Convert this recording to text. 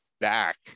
back